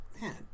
man